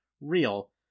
real